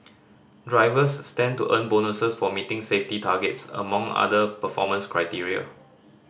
drivers stand to earn bonuses for meeting safety targets among other performance criteria